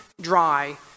dry